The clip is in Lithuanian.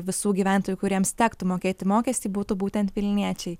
visų gyventojų kuriems tektų mokėti mokestį būtų būtent vilniečiai